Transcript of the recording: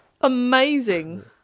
amazing